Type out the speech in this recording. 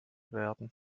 werden